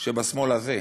שבשמאל הזה,